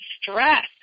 stress